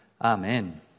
Amen